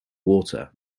water